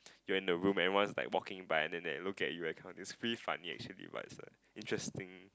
you're in the room everyone's like walking by and then they look at you that kind it's pretty funny actually but it's a interesting